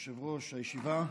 כבוד יושב-ראש הישיבה,